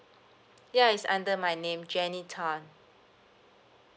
ya it's under my name jenny tan